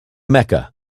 mecca